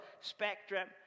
spectrum